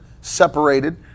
separated